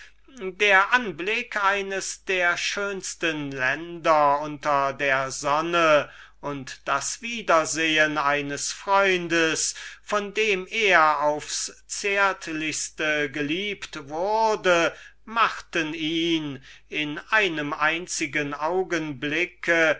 der anblick eines der schönsten länder unter der sonne und der noch süßere anblick eines freundes von dem er bis zur schwärmerei geliebt wurde machten unsern helden in einem einzigen